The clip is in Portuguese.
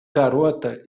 garota